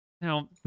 Now